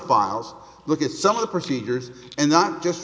files look at some of the procedures and not just